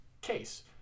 case